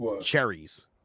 Cherries